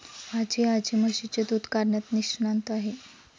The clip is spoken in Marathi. माझी आजी म्हशीचे दूध काढण्यात निष्णात आहे